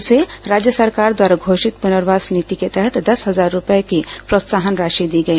उसे राज्य सरकार द्वारा घोषित पुनर्वास नीति के तहत दस हजार रूपये की प्रोत्साहन राशि दी गई